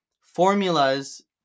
formulas